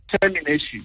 termination